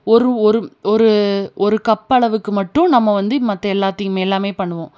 ஒரு ஒரு ஒரு ஒரு கப் அளவுக்கு மட்டும் நம்ம வந்து மற்ற எல்லாத்தையும் எல்லாம் பண்ணுவோம்